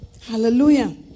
Hallelujah